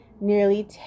nearly